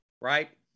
right